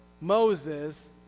Moses